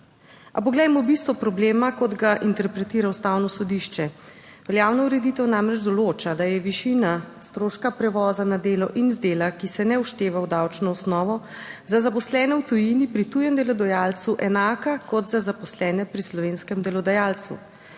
A poglejmo bistvo problema, kot ga interpretira ustavno sodišče. Veljavna ureditev namreč določa, da je višina stroška prevoza na delo in z dela, ki se ne všteva v davčno osnovo, za zaposlene v tujini pri tujem delodajalcu enaka kot za zaposlene pri slovenskem delodajalcu.